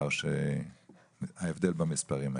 זה ההבדל במספרים האלה.